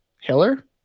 Hiller